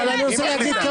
היא מחליטה.